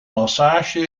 massage